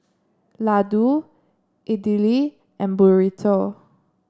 Ladoo Idili and Burrito